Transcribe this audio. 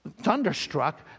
Thunderstruck